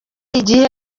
igihe